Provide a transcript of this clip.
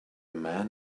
man